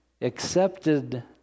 accepted